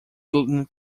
gluten